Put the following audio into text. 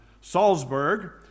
Salzburg